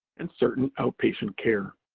and certain outpatient care.